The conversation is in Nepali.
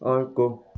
अर्को